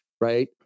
Right